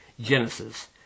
Genesis